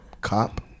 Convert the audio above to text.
cop